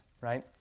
Right